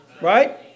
Right